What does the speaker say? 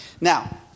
Now